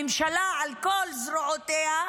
הממשלה על כל זרועותיה,